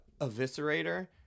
eviscerator